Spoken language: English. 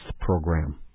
program